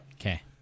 Okay